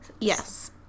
Yes